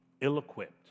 ill-equipped